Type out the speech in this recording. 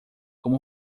como